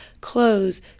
clothes